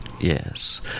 Yes